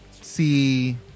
see